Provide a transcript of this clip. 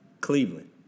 Cleveland